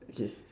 okay